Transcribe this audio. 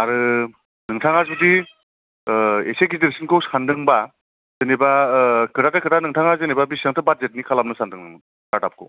आरो नोंथाङा जुदि ओ इसे गिदिरसिनखौ सानदोंबा जेनेबा ओ खोथादो खोथा नोंथाङा बेसेबांथो बाजेतनि खालामनो सानदों स्टार्ट आपखौ